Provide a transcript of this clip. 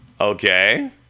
Okay